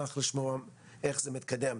אשמח לשמוע איך זה מתקדם.